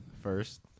first